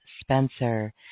Spencer